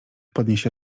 podniesie